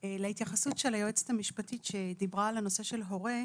לגבי ההתייחסות של היועצת המשפטית שדיברה על הנושא של הורה,